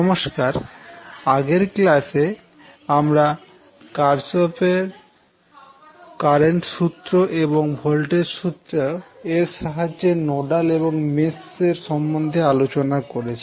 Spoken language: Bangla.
নমস্কার আগের ক্লাসে আমরা কারশফের কারেন্ট সূত্র Kirchhoffs current law এবং ভোল্টেজ সূত্র এর সাহায্যে নোডাল এবং মেশ এর সম্বন্ধে আলোচনা করেছি